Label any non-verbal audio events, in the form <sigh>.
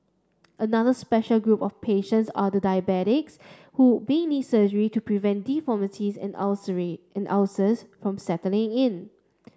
another special group of patients are the diabetic who may need surgery to prevent deformities and <unintelligible> and ulcers from setting in